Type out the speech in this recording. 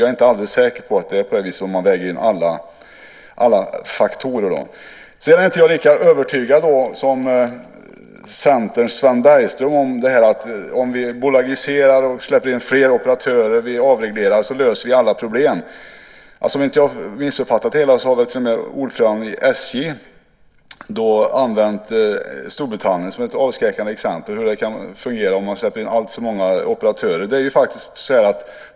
Jag är inte helt säker på att det är så, om man väger in alla faktorer. Jag är inte lika övertygad som Centerns Sven Bergström om att om vi bolagiserar, släpper in fler operatörer och avreglerar löser vi alla problem. Om jag inte har missuppfattat det hela har ordföranden i SJ använt Storbritannien som ett avskräckande exempel på hur det kan fungera om man släpper in alltför många operatörer.